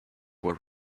were